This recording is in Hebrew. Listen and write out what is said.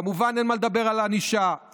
כמובן, אין מה לדבר על ענישה.